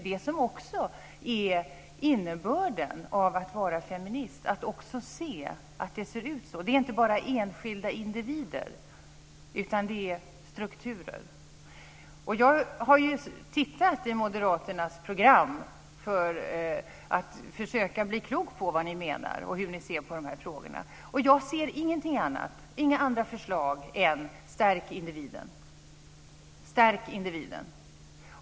Det som är innebörden av att vara feminist är att också se att det ser ut så. Det handlar inte bara om enskilda individer utan också om strukturer. Jag har läst Moderaternas program för att försöka bli klok på vad ni menar och hur ni ser på de här frågorna, och jag ser inga andra förslag än att individen ska stärkas.